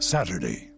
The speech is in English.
Saturday